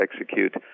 execute